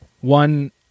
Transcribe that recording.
one